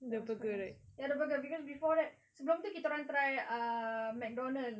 that was quite nice ya the burger cause before that sebelum tu kita orang try ah McDonald's